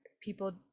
people